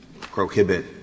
prohibit